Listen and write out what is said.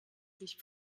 sich